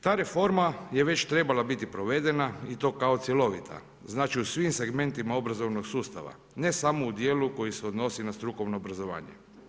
Ta reforma je već trebala biti provedena i to kao cjelovita, znači u svim segmentima obrazovnog sustava ne samo u djelu koji se odnosi na strukovno obrazovanje.